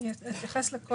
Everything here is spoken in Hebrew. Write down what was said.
אני אתייחס.